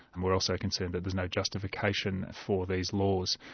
and we're also concerned that there's no justification for these laws,